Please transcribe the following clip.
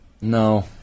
No